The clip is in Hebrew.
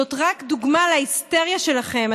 זה רק דוגמה להיסטריה שלכם.